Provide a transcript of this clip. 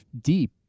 deep